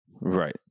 Right